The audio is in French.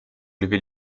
élever